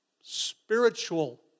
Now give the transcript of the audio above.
spiritual